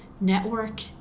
network